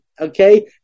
Okay